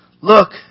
Look